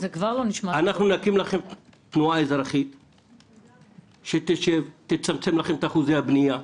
אנחנו נקים לכם תנועה אזרחית שתצמצם לכם את אחוזי הבנייה,